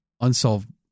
unsolved